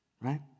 right